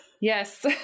yes